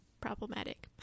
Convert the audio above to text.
problematic